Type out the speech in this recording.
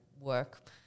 work